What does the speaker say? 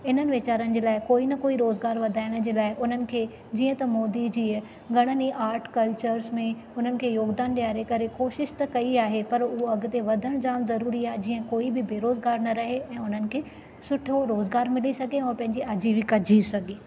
इन्हनि वेचारनि जे लाइ कोई न कोई रोज़गार वधाइण जे लाइ उन्हनि खे जीअं त मोदी जी घणनि ई आर्ट कल्चर्स में उन्हनि खे योगदानु ॾेआरे करे कोशिशि त कई आहे पर उअ अॻिते वधण जाम ज़रुरी आहे जीअं कोई बि बेरोज़गार न रहे ऐं उन्हनि खे सुठो रोज़गार मिली सघे ऐं पंहिंजी अजिविका जीउ सघे